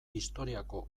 historiako